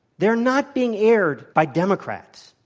they're not being aired by democrats.